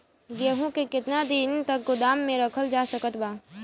गेहूँ के केतना दिन तक गोदाम मे रखल जा सकत बा?